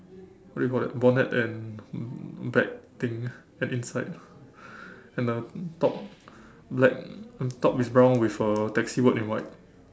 what do you call that bonnet and black thing and inside and the top black top is brown with a taxi word in white